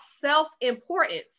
self-importance